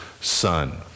son